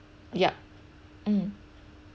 yup mm